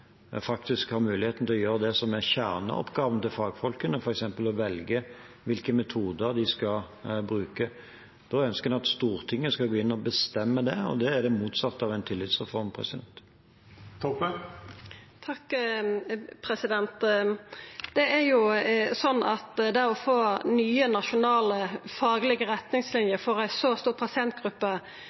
faktisk har mulighet til å gjøre det som er kjerneoppgaven til fagfolkene, f.eks. å velge hvilke metoder de skal bruke. Da ønsker man at Stortinget skal gå inn og bestemme det, og det er det motsatte av en tillitsreform. Det å få nye nasjonale, faglege retningsliner for ei så stor pasientgruppe